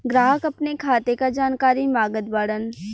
ग्राहक अपने खाते का जानकारी मागत बाणन?